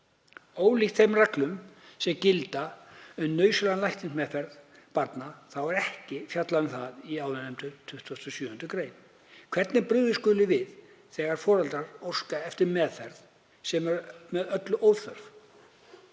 Ólíkt þeim reglum sem gilda um nauðsynlega læknismeðferð barna þá er ekki fjallað um það í áðurnefndri 27. gr. hvernig brugðist skuli við þegar foreldrar óska eftir meðferð sem er með öllu óþörf.